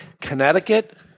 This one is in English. Connecticut